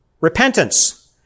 Repentance